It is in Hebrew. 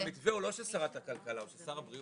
המתווה הוא לא של שרת הכלכלה, הוא של שר הבריאות.